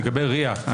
לגבי RIA,